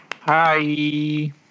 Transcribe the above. Hi